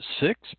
six